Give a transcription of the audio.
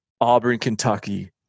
Auburn-Kentucky